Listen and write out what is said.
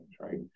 right